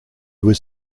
was